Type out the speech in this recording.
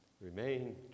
Remain